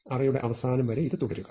അറേയുടെ അവസാനം വരെ ഇത് തുടരുക